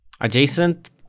adjacent